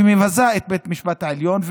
מבזה את בית המשפט העליון,